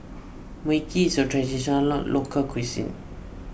Mui Kee is a Traditional Local Cuisine